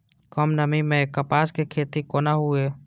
कम नमी मैं कपास के खेती कोना हुऐ?